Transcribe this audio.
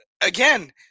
again